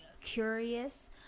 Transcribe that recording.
curious